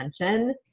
attention